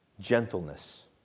Gentleness